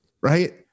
right